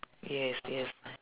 yes yes